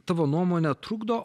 tavo nuomone trukdo